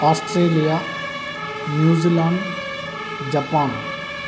Australia New Zealand Japan